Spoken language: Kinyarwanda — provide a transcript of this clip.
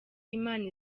imana